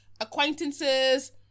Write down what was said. acquaintances